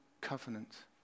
covenant